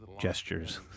gestures